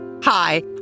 Hi